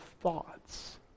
thoughts